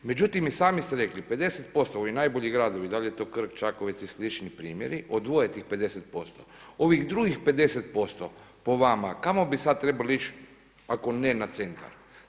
Međutim i sami ste rekli 50% ovi najbolji gradovi, da li je to Krk, Čakovec i slični primjeri odvoje tih 50%, ovih drugih 50% po vama kamo bi sada trebali ići ako ne na centar?